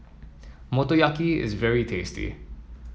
Motoyaki is very tasty